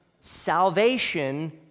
salvation